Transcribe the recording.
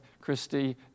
Christie